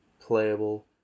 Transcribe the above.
playable